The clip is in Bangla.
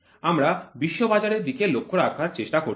আমরা বিশ্ব বাজারের দিকে লক্ষ্য রাখার চেষ্টা করছি